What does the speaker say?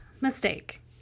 mistake